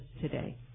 today